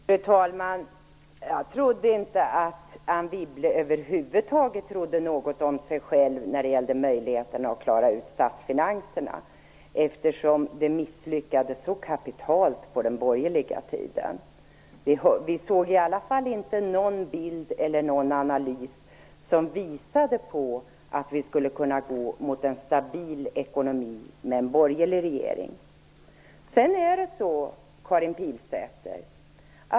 Fru talman! Jag trodde inte att Anne Wibble över huvud taget trodde något om sig själv när det gällde möjligheterna att klara ut statsfinanserna, eftersom det misslyckades så kapitalt på den borgerliga tiden. Vi såg i alla fall inte någon bild eller analys som visade att vi skulle kunna gå mot en stabil ekonomi med en borgerlig regering.